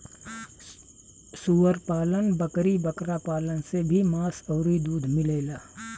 सूअर पालन, बकरी बकरा पालन से भी मांस अउरी दूध मिलेला